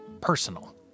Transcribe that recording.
personal